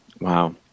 Wow